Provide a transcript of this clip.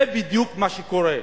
זה בדיוק מה שקורה.